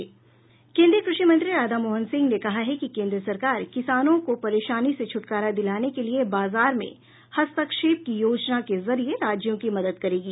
केन्द्रीय कृषि मंत्री राधा मोहन सिंह ने कहा है कि केन्द्र सरकार किसानों को परेशानी से छुटकारा दिलाने के लिए बाजार में हस्तक्षेप की योजना के जरिये राज्यों की मदद करेगी